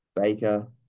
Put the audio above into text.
Baker